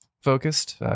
focused